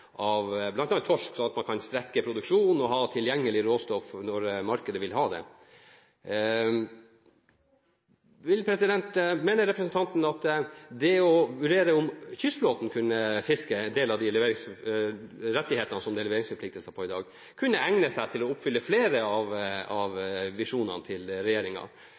av bl.a. torsk, slik at man kan strekke produksjonen og ha råstoff tilgjengelig når markedet vil ha det – mener representanten at det å vurdere om kystflåten kunne få en del av de rettighetene som det i dag er knyttet leveringsforpliktelser til, kunne egne seg til å oppfylle flere av regjeringens visjoner? Kystflåten kan fiske levende fisk, kystflåten kan levere fersk fisk av